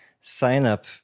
sign-up